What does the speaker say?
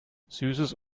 süßes